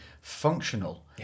functional